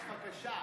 להתווכח, בבקשה.